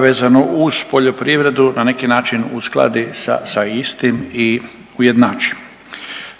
vezano uz poljoprivredu na neki način uskladi sa istim i ujednači.